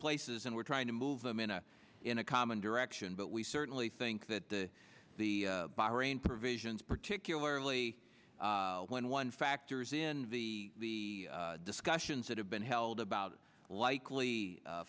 places and we're trying to move them in a in a common direction but we certainly think that the bahrain provisions particularly when one factors in the discussions that have been held about likely